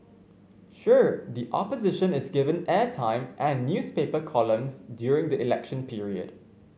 sure the Opposition is given airtime and newspaper columns during the election period